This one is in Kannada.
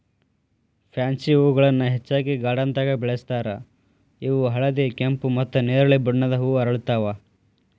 ಪ್ಯಾನ್ಸಿ ಹೂಗಳನ್ನ ಹೆಚ್ಚಾಗಿ ಗಾರ್ಡನ್ದಾಗ ಬೆಳೆಸ್ತಾರ ಇವು ಹಳದಿ, ಕೆಂಪು, ಮತ್ತ್ ನೆರಳಿ ಬಣ್ಣದ ಹೂ ಅರಳ್ತಾವ